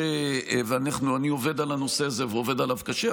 אני עובד על הנושא הזה ועובד עליו קשה,